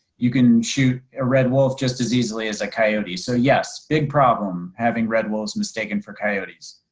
you can shoot a red wolf just as easily as a coyote. so yes, big problem having red wolves mistaken for coyotes.